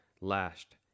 lashed